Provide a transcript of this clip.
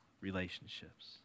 relationships